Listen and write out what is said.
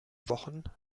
wochen